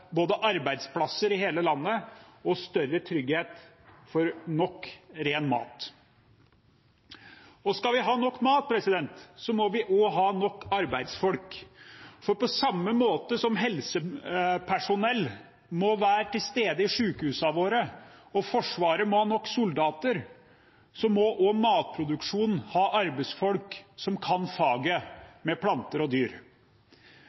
både arbeidsplasser i hele landet og større trygghet for nok ren mat. Skal vi ha nok mat, må vi også ha nok arbeidsfolk, for på samme måte som helsepersonell må være til stede i sykehusene våre og Forsvaret må ha nok soldater, må også matproduksjonen ha arbeidsfolk som kan faget med planter og dyr.